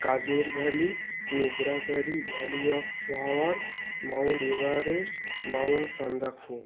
Kashmir valley Mogra valley valley of flower mount Everest mount Sandakphu